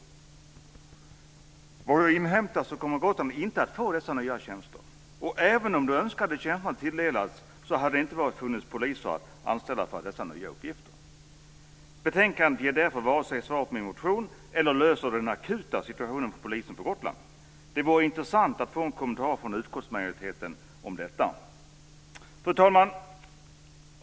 Efter vad jag har erfarit kommer Gotland inte att få dessa nya tjänster. Och även om man hade tilldelats de önskade tjänsterna, hade det inte funnits några poliser att anställa för dessa nya uppgifter. Betänkandet ger därför inte vare sig svar på min motion eller en lösning på den akuta situationen för polisen på Gotland. Det vore intressant att få en kommentar från utskottsmajoriteten om detta. Fru talman!